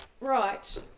right